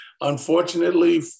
Unfortunately